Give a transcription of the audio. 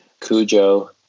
Cujo